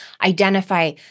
identify